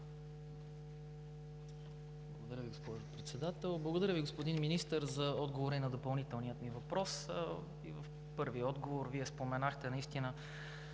Благодаря, госпожо Председател. Благодаря Ви, господин Министър, за отговора и на допълнителния ми въпрос. И в първия отговор Вие споменахте